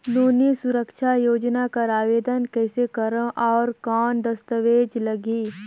नोनी सुरक्षा योजना कर आवेदन कइसे करो? और कौन दस्तावेज लगही?